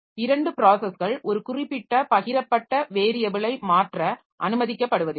இரண்டு ப்ராஸஸ்கள் ஒரு குறிப்பிட்ட பகிரப்பட்ட வேரியபிலை மாற்ற அனுமதிக்கப்படுவதில்லை